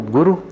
Guru